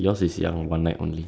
beside it